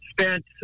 Spent